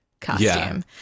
costume